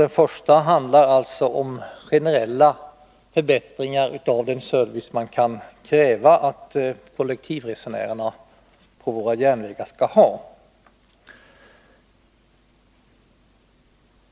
Den första handlar om generella förbättringar av den service man kan kräva att kollektivresenärerna på våra järnvägar skall ha.